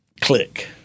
click